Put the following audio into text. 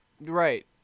Right